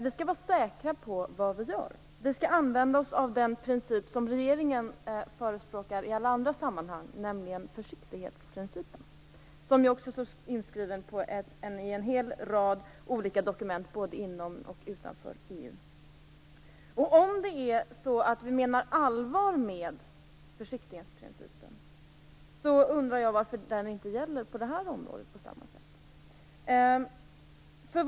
Vi skall vara säkra på vad vi gör, vi skall använda oss av den princip som regeringen förespråkar i alla andra sammanhang, nämligen försiktighetsprincipen, som ju också står inskriven i en hel rad olika dokument både inom och utanför EU. Om vi menar allvar med försiktighetsprincipen undrar jag varför den inte gäller på samma sätt på det här området.